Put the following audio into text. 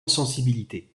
sensibilité